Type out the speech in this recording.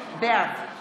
בעד